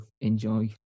enjoy